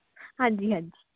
ਹਾਂਜੀ ਹਾਂਜੀ